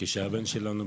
כשהבן שלנו,